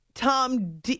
Tom